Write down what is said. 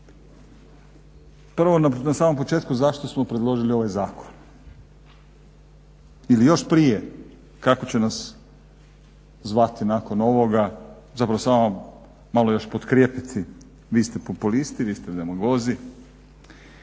Prvo na samom početku zašto smo predložili ovaj zakon ili još prije kako će nas zvati nakon ovoga, zapravo samo malo još potkrijepiti vi ste populisti, vi ste demagozi,